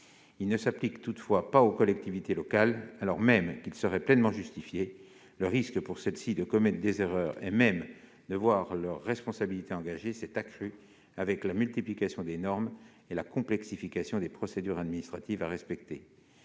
Il ne s'applique toutefois pas aux collectivités locales. Pourtant, ce serait pleinement justifié. Le risque pour celles-ci de commettre des erreurs et même de voir leur responsabilité engagée s'est accru avec la multiplication des normes et la complexification des procédures administratives à respecter.